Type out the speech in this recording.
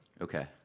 Okay